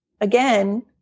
again